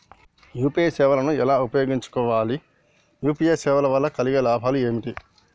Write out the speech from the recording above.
UPI సేవను ఎలా ఉపయోగించు కోవాలి? యూ.పీ.ఐ సేవల వల్ల కలిగే లాభాలు ఏమిటి?